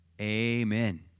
Amen